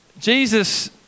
Jesus